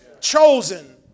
chosen